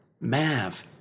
Mav